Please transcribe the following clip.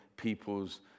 people's